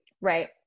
Right